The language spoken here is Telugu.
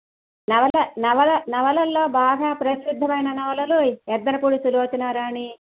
నవల నవల నవలల్లో బాగా ప్రసిద్ధమైన నవలలు యద్దనపూడి సులోచనా రాణి